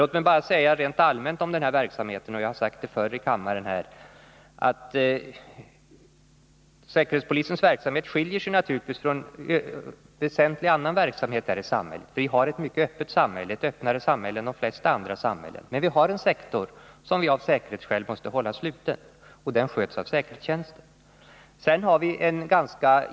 Låt mig säga rent allmänt — jag har sagt det tidigare i denna kammare — att säkerhetspolisens verksamhet naturligtvis skiljer sig väsentligt från annan verksamhet i samhället. Vi har ett mycket öppet samhälle, ett öppnare samhälle än de flesta andra samhällen. Men vi har en sektor som av säkerhetsskäl måste hållas sluten, och den sköts av säkerhetstjänsten.